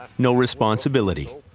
no responsibility.